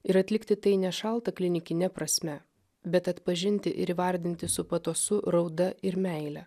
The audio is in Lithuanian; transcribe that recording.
ir atlikti tai nešalta klinikine prasme bet atpažinti ir įvardinti su patosu rauda ir meile